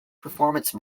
performance